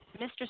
Mr